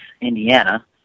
Indiana